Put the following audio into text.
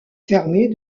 fermée